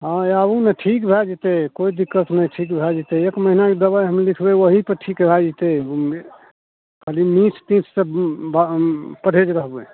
हँ आबू ने ठीक भए जएतै कोइ दिक्कत नहि ठीक भए जएतै एक महिनाके दवाइ हम लिखबै ओहीपर ठीक भए जएतै खाली मीठ तीठसे परहेज रहबै